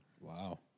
Wow